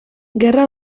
gerra